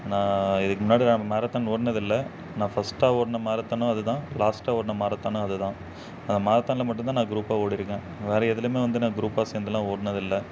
நான் இதுக்கு முன்னாடி நான் மேரத்தான் ஓடுனதில்ல நான் ஃபஸ்ட்டாக ஓடின மேரத்தானும் அது தான் லாஸ்ட்டாக ஓடின மேரத்தானும் அது தான் அந்த மேரத்தானில் மட்டும்தான் நான் குரூப்பாக ஓடியிருக்கேன் வேறு எதிலும் வந்து நான் குரூப்பாக சேர்ந்துலாம் ஓடினதில்ல